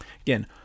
Again